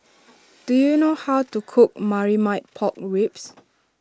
do you know how to cook Marmite Pork Ribs